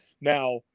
Now